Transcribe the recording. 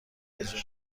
اجرا